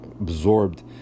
absorbed